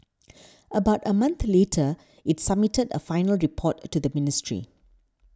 about a month later it submitted a final report to the ministry